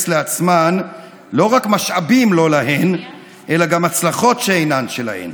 לעצמן לא רק משאבים לא להן אלא גם הצלחות שאינן שלהן,